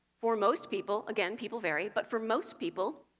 for most people again, people vary but for most people,